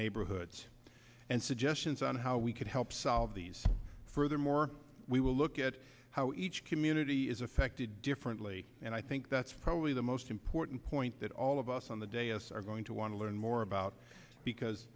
neighborhoods and suggestions on how we could help solve these furthermore we will look at how each community is affected differently and i think that's probably the most important point that all of us on the day of us are going to want to learn more about because